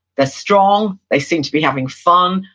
they're strong, they seem to be having fun,